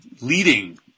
leading